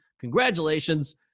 congratulations